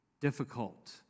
Difficult